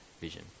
vision